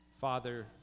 Father